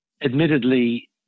Admittedly